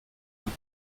und